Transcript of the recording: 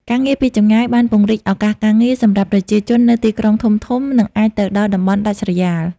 ការងារពីចម្ងាយបាន ពង្រីកឱកាសការងារ សម្រាប់ប្រជាជននៅទីក្រុងធំៗ និងអាចទៅដល់តំបន់ដាច់ស្រយាល។